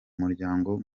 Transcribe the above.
muryango